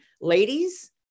ladies